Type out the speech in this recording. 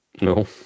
No